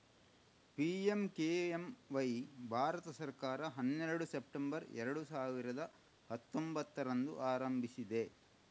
PMKMY ಭಾರತ ಸರ್ಕಾರ ಹನ್ನೆರಡು ಸೆಪ್ಟೆಂಬರ್ ಎರಡು ಸಾವಿರದ ಹತ್ತೊಂಭತ್ತರಂದು ಆರಂಭಿಸಿದೆ